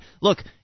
look